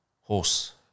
Horse